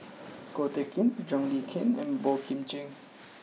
Ko Teck Kin John Le Cain and Boey Kim Cheng